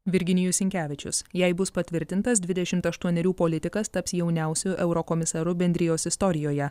virginijus sinkevičius jei bus patvirtintas dvidešimt aštuonerių politikas taps jauniausiu eurokomisaru bendrijos istorijoje